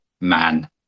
man